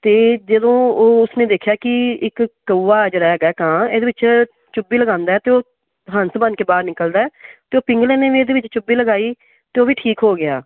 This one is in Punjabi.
ਅਤੇ ਜਦੋਂ ਉਹ ਉਸ ਨੇ ਦੇਖਿਆ ਕਿ ਇੱਕ ਕਊਆ ਜਿਹੜਾ ਹੈਗਾ ਕਾਂ ਇਹਦੇ ਵਿੱਚ ਚੁੱਬੀ ਲਗਾਉਂਦਾ ਅਤੇ ਉਹ ਹੰਸ ਬਣ ਕੇ ਬਾਹਰ ਨਿਕਲਦਾ ਅਤੇ ਉਹ ਪਿੰਗਲੇ ਨੇ ਵੀ ਇਹਦੇ ਵਿੱਚ ਚੁੱਬੀ ਲਗਾਈ ਅਤੇ ਉਹ ਵੀ ਠੀਕ ਹੋ ਗਿਆ